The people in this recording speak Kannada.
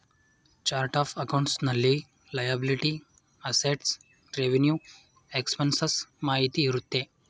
ಚರ್ಟ್ ಅಫ್ ಅಕೌಂಟ್ಸ್ ನಲ್ಲಿ ಲಯಬಲಿಟಿ, ಅಸೆಟ್ಸ್, ರೆವಿನ್ಯೂ ಎಕ್ಸ್ಪನ್ಸಸ್ ಮಾಹಿತಿ ಇರುತ್ತೆ